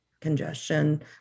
congestion